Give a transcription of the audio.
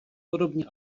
podobně